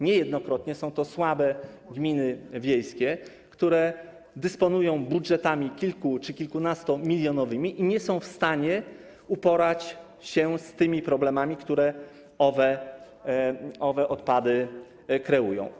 Niejednokrotnie są to słabe gminy wiejskie, które dysponują budżetami kilku- czy kilkunastomilionowymi i nie są w stanie uporać się z tymi problemami, które owe odpady kreują.